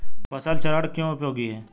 फसल चरण क्यों उपयोगी है?